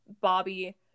bobby